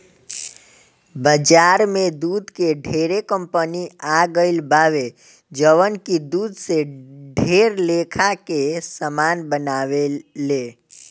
बाजार में दूध के ढेरे कंपनी आ गईल बावे जवन की दूध से ढेर लेखा के सामान बनावेले